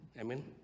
amen